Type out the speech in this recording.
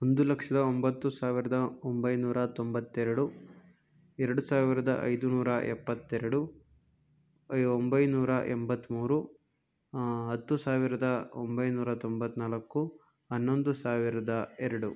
ಒಂದು ಲಕ್ಷದ ಒಂಬತ್ತು ಸಾವಿರದ ಒಂಬೈನೂರ ತೊಂಬತ್ತೆರಡು ಎರಡು ಸಾವಿರದ ಐದು ನೂರ ಎಪ್ಪತ್ತೆರಡು ಒಂಬೈನೂರ ಎಂಬತ್ತ್ಮೂರು ಹತ್ತು ಸಾವಿರದ ಒಂಬೈನೂರ ತೊಂಬತ್ತ್ನಾಲ್ಕು ಹನ್ನೊಂದು ಸಾವಿರದ ಎರಡು